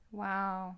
wow